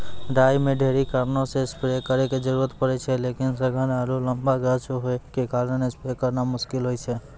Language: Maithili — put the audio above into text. राई मे ढेरी कारणों से स्प्रे करे के जरूरत पड़े छै लेकिन सघन आरु लम्बा गाछ होय के कारण स्प्रे करना मुश्किल होय छै?